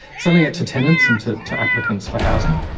selling it to tenants and to to applicants for housing.